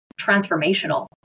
transformational